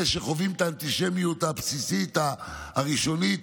אלה שחווים את האנטישמיות הבסיסית הראשונית,